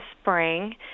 spring